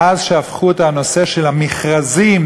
מאז הפכו את הנושא של המכרזים,